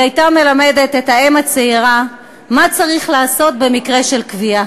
היא הייתה מלמדת את האם הצעירה מה צריך לעשות במקרה של כווייה